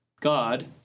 God